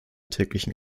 täglichen